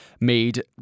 made